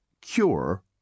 cure